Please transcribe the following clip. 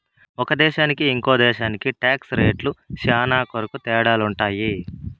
ఒక దేశానికి ఇంకో దేశానికి టాక్స్ రేట్లు శ్యానా కొరకు తేడాలుంటాయి